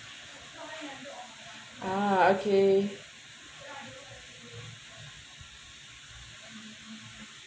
ah okay